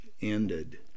ended